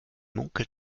munkelt